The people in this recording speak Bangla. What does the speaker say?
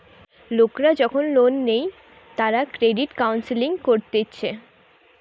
লোকরা যখন লোন নেই তারা ক্রেডিট কাউন্সেলিং করতিছে